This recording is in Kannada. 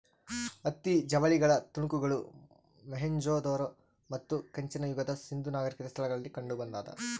ಹತ್ತಿ ಜವಳಿಗಳ ತುಣುಕುಗಳು ಮೊಹೆಂಜೊದಾರೋ ಮತ್ತು ಕಂಚಿನ ಯುಗದ ಸಿಂಧೂ ನಾಗರಿಕತೆ ಸ್ಥಳಗಳಲ್ಲಿ ಕಂಡುಬಂದಾದ